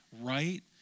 right